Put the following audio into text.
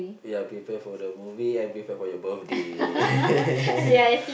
ya prepare for the movie and prepare for your birthday